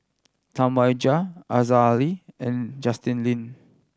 Tam Wai Jia Aziza Ali and Justin Lean